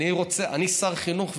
אני שר החינוך,